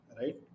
right